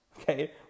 okay